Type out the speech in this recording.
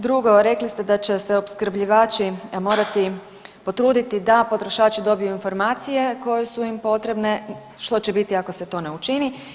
Drugo rekli da će se opskrbljivači morati potruditi da potrošači dobiju informacije koje su im potrebne, što će biti ako se to ne učini.